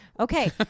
Okay